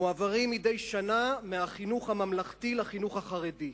מועברים מדי שנה מהחינוך הממלכתי לחינוך החרדי.